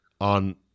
on